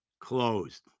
closed